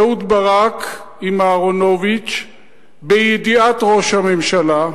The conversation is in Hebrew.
אהוד ברק עם אהרונוביץ, בידיעת ראש הממשלה,